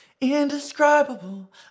Indescribable